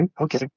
okay